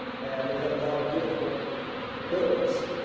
and we have a lot of beautiful buildings,